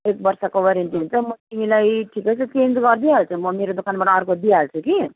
एक वर्षको वारन्टी हुन्छ म तिमीलाई ठिकै छ चेन्ज गरिदिई हाल्छु म मेरो दोकानबाट अर्को दिइहाल्छु कि